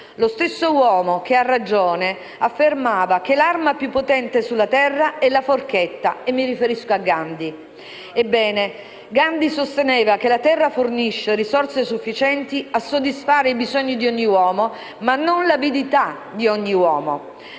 Quest'uomo, a ragione, affermava che l'arma più potente sulla terra è la forchetta. Mi riferisco a Gandhi. Ebbene, Gandhi sosteneva che la terra fornisce risorse sufficienti a soddisfare i bisogni di ogni uomo, ma non l'avidità di ogni uomo.